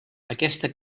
aquesta